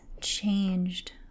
changed